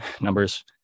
numbers